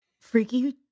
Freaky